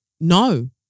No